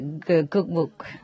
cookbook